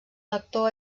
lector